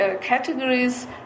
categories